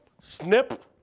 snip